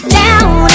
down